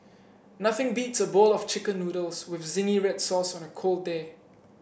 nothing beats a bowl of chicken noodles with zingy red sauce on a cold day